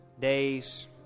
days